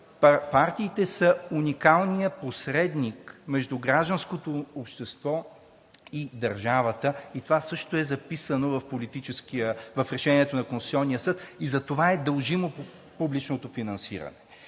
Партиите са уникалният посредник между гражданското общество и държавата и това също е записано в решението на Конституционния съд и затова е дължимо публичното финансиране.